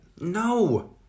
No